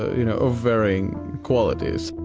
you know, of varying qualities.